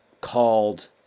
called